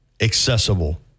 accessible